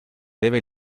debe